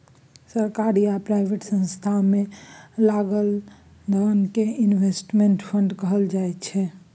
सरकारी आ प्राइवेट संस्थान मे लगाएल धोन कें इनवेस्टमेंट फंड कहल जाय छइ